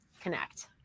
connect